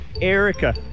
Erica